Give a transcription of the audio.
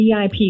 VIP